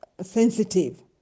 sensitive